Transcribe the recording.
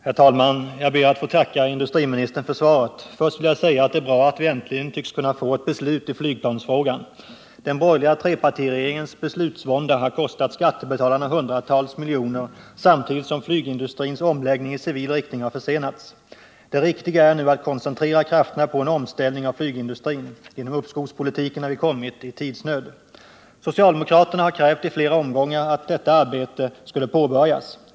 Herr talman! Jag ber att få tacka industriministern för svaret på min fråga. Först vill jag säga att det är bra att vi äntligen tycks kunna få ett beslut i flygplansfrågan. Den borgerliga trepartiregeringens beslutsvånda har kostat skattebetalarna hundratals miljoner samtidigt som flygindustrins omläggning i civil riktning har försenats. Det riktiga är nu att koncentrera krafterna på en omställning av flygindustrin. Genom uppskovspolitiken har vi kommit i tidsnöd. Socialdemokraterna har i flera omgångar krävt att detta arbete skulle påbörjas.